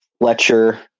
Fletcher